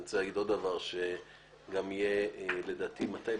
אני רוצה להגיד עוד דבר שגם יהיה, לדעתי מתי?